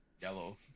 yellow